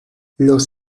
los